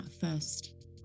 first